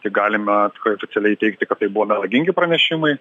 tai galime tikrai oficialiai teigti kad tai buvo melagingi pranešimai